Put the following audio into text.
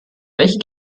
welche